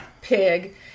pig